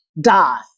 die